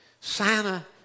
Santa